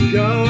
go